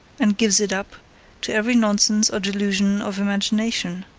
and gives it up to every nonsense or delusion of imagination?